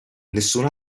nessun